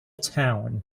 town